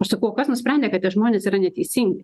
aš sakau o kas nusprendė kad tie žmonės yra neteisingai